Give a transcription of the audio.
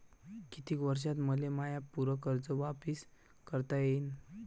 कितीक वर्षात मले माय पूर कर्ज वापिस करता येईन?